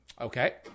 okay